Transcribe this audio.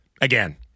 Again